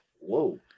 whoa